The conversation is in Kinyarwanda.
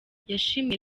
yashimiye